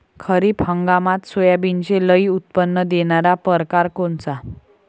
खरीप हंगामात सोयाबीनचे लई उत्पन्न देणारा परकार कोनचा?